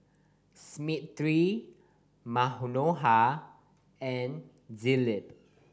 Smriti Manohar and Dilip